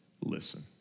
listen